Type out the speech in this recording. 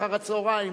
אחר-הצהריים,